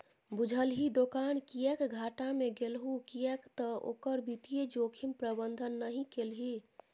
बुझलही दोकान किएक घाटा मे गेलहु किएक तए ओकर वित्तीय जोखिम प्रबंधन नहि केलही